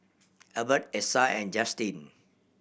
Elbert Essa and Justyn